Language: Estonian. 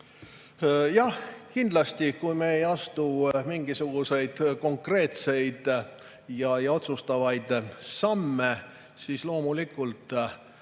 Jah, kindlasti. Kui me ei astu mingisuguseid konkreetseid ja otsustavaid samme, siis loomulikult